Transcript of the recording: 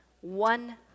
one